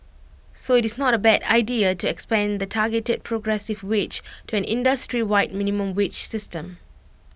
so IT is not A bad idea to expand the targeted progressive wage to an industry wide minimum wage system